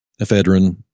ephedrine